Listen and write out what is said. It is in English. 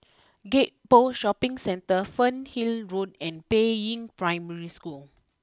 Gek Poh Shopping Centre Fernhill Road and Peiying Primary School